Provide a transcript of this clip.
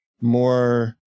more